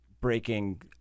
breaking –